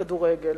לכדורגל.